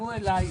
אליך.